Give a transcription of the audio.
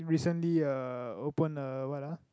recently uh open uh what ah